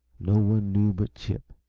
no one knew but chip,